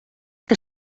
que